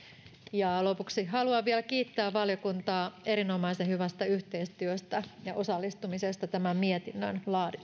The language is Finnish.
lopuksi haluan vielä kiittää valiokuntaa erinomaisen hyvästä yhteistyöstä ja osallistumisesta tämän mietinnön